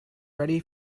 ready